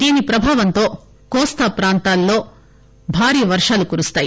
దీని ప్రభావంతో కోస్తాప్రాంతాల్లో భారీ వర్షాలు కురుస్తాయి